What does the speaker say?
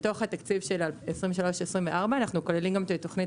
בתוך התקציב של 2024-2023 אנחנו כוללים גם את תוכנית